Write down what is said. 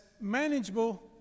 manageable